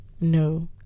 No